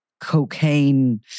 cocaine